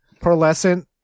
Pearlescent